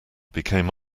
became